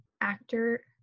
actor